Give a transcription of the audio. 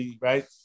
right